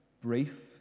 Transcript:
brief